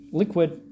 liquid